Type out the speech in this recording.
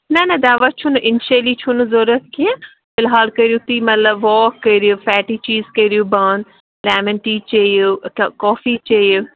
نہَ نہَ دَوا چھُنہٕ اِنشیلی چھُنہٕ ضروٗرت کیٚنٛہہ فِلحال کٔرِو تُہۍ مطلب واک کٔرِو فیٹی چیٖز کٔرِو بَنٛد لٮ۪مَن ٹی چیٚیِو تہٕ کافی چیٚیِو